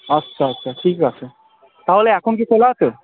আচ্ছা আচ্ছা ঠিক আছে তাহলে এখন কি খোলা আছে